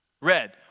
red